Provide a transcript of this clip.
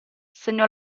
segnò